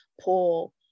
pull